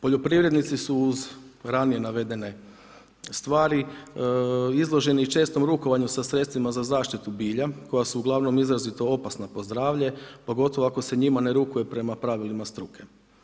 Poljoprivrednici su uz ranije navedene stvari izloženi čestom rukovanju sa sredstvima za zaštitu bilja koja su uglavnom izrazito opasna po zdravlje, pogotovo ako se njima ne rukuje prema pravilima struke.